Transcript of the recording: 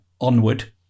Onward